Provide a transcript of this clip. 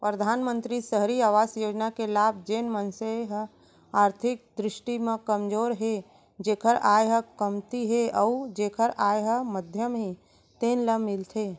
परधानमंतरी सहरी अवास योजना के लाभ जेन मनसे ह आरथिक दृस्टि म कमजोर हे जेखर आय ह कमती हे अउ जेखर आय ह मध्यम हे तेन ल मिलथे